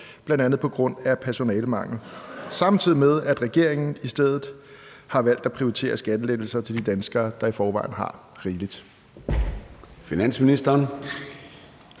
med, bl.a. pga. personalemangel, samtidig med at regeringen i stedet har valgt at prioritere skattelettelser til de danskere, der i forvejen har rigeligt?